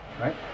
right